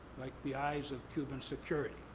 like the eyes of cuban security.